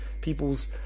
people's